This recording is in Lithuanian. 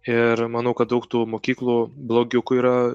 ir manau kad daug tų mokyklų blogiukų yra